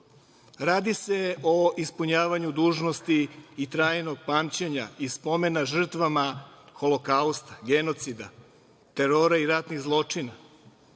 se o ispunjavanju dužnosti i trajnog pamćenja i spomena žrtvama holokausta, genocida, terora i ratnih zločina.